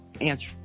answer